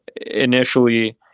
initially